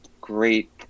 great